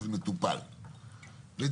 אמר